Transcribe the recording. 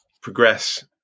progress